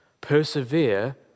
Persevere